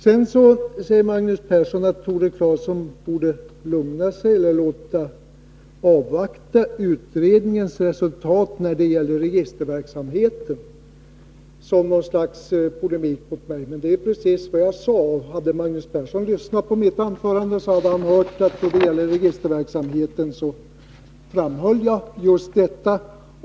Sedan sade Magnus Persson i något slags polemik mot mig att Tore Claeson borde lugna sig och avvakta utredningens resultat när det gäller registerverksamheten. Men detta är precis vad jag sade i mitt anförande. Hade Magnus Persson lyssnat på mitt anförande, hade han hört att när det gäller registerverksamheten framhöll jag just detta.